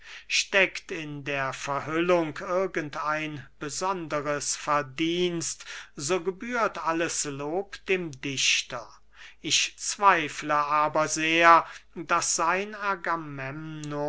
steckt in der verhüllung irgend ein besonderes verdienst so gebührt alles lob dem dichter ich zweifle aber sehr daß sein